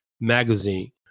Magazine